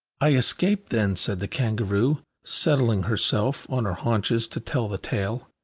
i escaped then, said the kangaroo, settling herself on her haunches to tell the tale,